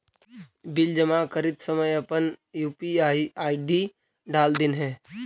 bill जमा करित समय अपन यू.पी.आई आई.डी डाल दिन्हें